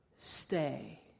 Stay